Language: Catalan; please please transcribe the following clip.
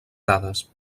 dades